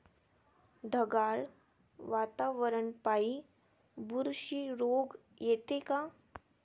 ढगाळ वातावरनापाई बुरशी रोग येते का?